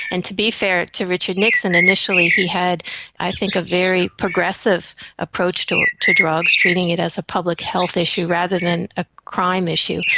and to be fair to richard nixon, initially he had i think a very progressive approach to ah to drugs, treating it as a public health issue rather than a crime issue,